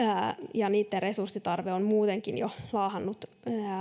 ja niitten resurssitarve on muutenkin jo laahannut